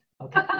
okay